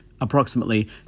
approximately